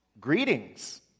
Greetings